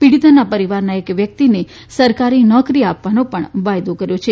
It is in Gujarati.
પીડિતાના પરિવારના એક વ્યક્તિને સરકારી નોકરી આપવાનો પણ વાયદો કર્યો છે